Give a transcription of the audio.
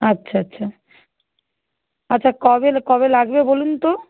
আচ্ছা আচ্ছা আচ্ছা কবে লা কবে লাগবে বলুন তো